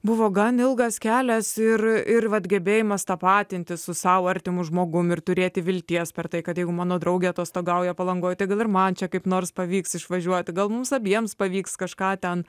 buvo gan ilgas kelias ir vat gebėjimas tapatintis su sau artimu žmogumi ir turėti vilties per tai kad jeigu mano drauge atostogauja palangoje tegul ir man čia kaip nors pavyks išvažiuoti gal mums abiems pavyks kažką ten